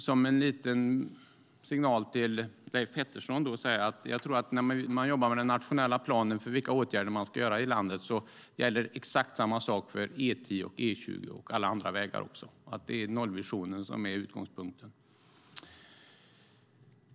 Som en liten signal till Leif Pettersson vill jag säga att när man jobbar med den nationella planen för vilka åtgärder som ska vidtas i landet gäller exakt samma sak för E10, E20 och alla andra vägar, nämligen att nollvisionen är utgångspunkten.